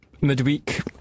midweek